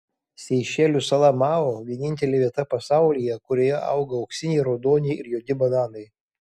seišelių sala mao vienintelė vieta pasaulyje kurioje auga auksiniai raudoni ir juodi bananai